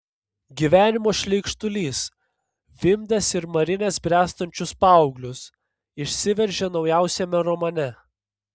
gyvenimo šleikštulys vimdęs ir marinęs bręstančius paauglius išsiveržė naujausiame romane